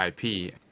IP